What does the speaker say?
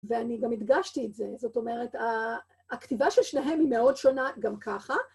ואני גם הדגשתי את זה. זאת אומרת, הכתיבה של שניהם היא מאוד שונה גם ככה.